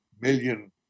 million